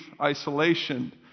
isolation